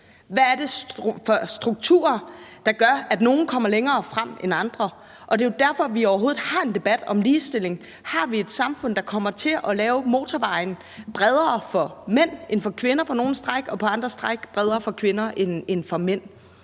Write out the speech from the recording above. Hvad er det for strukturer, der gør, at nogle kommer længere frem end andre? Det er jo derfor, vi overhovedet har en debat om ligestilling. Har vi et samfund, der kommer til at lave motorvejen bredere for mænd end for kvinder på nogle stræk og på andre stræk bredere for kvinder end for mænd?